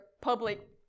public